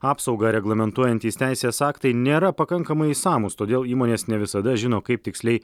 apsaugą reglamentuojantys teisės aktai nėra pakankamai išsamūs todėl įmonės ne visada žino kaip tiksliai